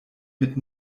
mit